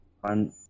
one